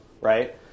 right